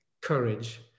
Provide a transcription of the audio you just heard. courage